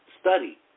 study